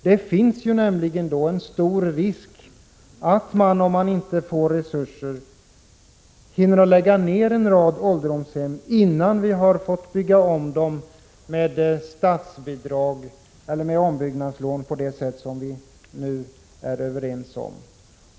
Det finns nämligen en stor risk för att en rad ålderdomshem hinner läggas ned innan de får statsbidrag eller lån till ombyggnad på det sätt som vi nu är överens om.